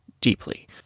deeply